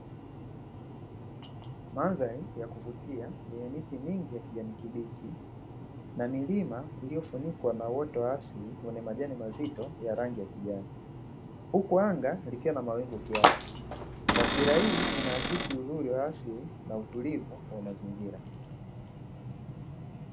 Mandhari ya kuvutia yenye miti mingi ya kijani kibichi na milima iliyofunikwa na uoto wa asili wenye majani mazito ya rangi ya kijani, huku anga likiwa na mawingu kiasi. Taswira hii inaakisi uzuri wa asili na utulivu wa mazingira.